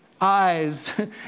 eyes